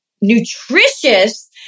nutritious